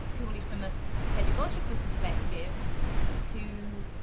purely from a pedagogical perspective too.